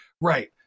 Right